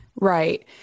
Right